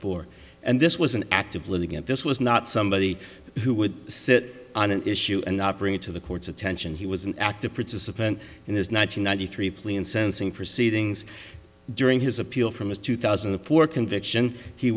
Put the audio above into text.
four and this was an act of litigant this was not somebody who would sit on an issue and not bring it to the court's attention he was an active participant in this nine hundred ninety three plea incensing proceedings during his appeal from his two thousand and four conviction he